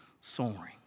soaring